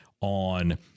on